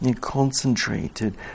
concentrated